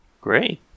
great